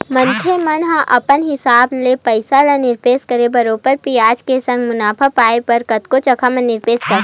मनखे मन ह अपन हिसाब ले पइसा ल निवेस करके बरोबर बियाज के संग मुनाफा पाय बर कतको जघा म निवेस करथे